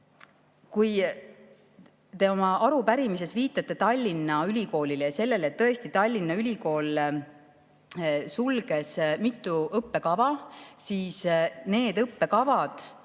Kui te oma arupärimises viitate Tallinna Ülikoolile ja sellele, et Tallinna Ülikool sulges mitu õppekava, siis need õppekavad